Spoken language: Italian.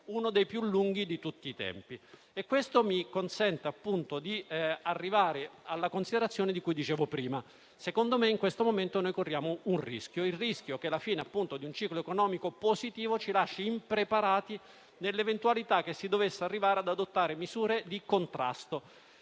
uno dei più lunghi di tutti i tempi. Questo mi consente di arrivare alla considerazione di cui dicevo prima: secondo me, in questo momento, corriamo il rischio che la fine di un ciclo economico positivo ci lasci impreparati nell'eventualità che si dovesse arrivare ad adottare misure di contrasto